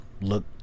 look